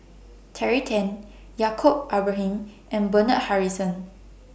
Terry Tan Yaacob Ibrahim and Bernard Harrison